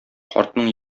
картның